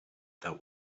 that